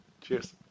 Cheers